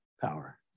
power